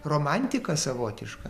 romantika savotiška